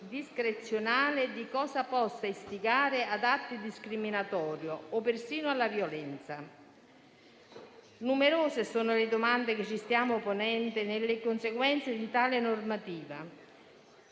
discrezionale di cosa possa istigare ad atti discriminatori o persino alla violenza. Numerose sono le domande che ci stiamo ponendo sulle conseguenze di tale normativa: